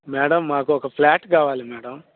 madam మాకు ఒక plot కావాలి మ్యాడమ్